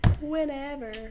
whenever